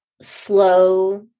slow